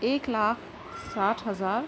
ایک لاکھ ساٹھ ہزار